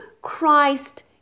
Christ